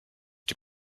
die